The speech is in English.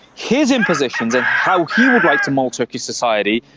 his impositions and how he would like to mould turkish society,